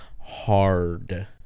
hard